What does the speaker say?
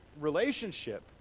relationship